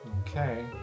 Okay